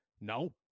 No